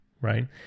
right